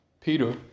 Peter